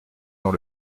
dans